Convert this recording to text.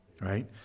Right